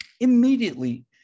immediately